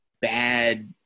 bad